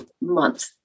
month